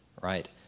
right